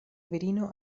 virino